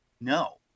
No